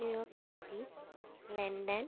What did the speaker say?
New York city London